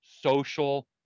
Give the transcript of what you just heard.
social